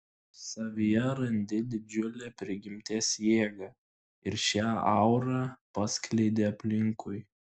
savyje randi didžiulę prigimties jėgą ir šią aurą paskleidi aplinkui